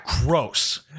Gross